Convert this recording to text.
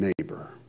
neighbor